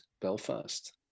Belfast